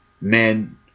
men